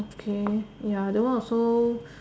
okay ya that one also